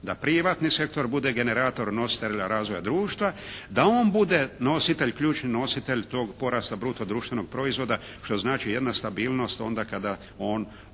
da privatni sektor bude generator nositelja razvoja društva, da on bude nositelj, ključni nositelj tog porasta bruto društvenog proizvoda, što znači jedna stabilnost onda kada on